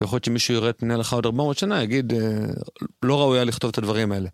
יכול להיות שמישהו יראה את מנה לך עוד 400 שנה, יגיד, לא ראוי היה לכתוב את הדברים האלה.